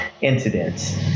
incidents